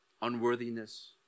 unworthiness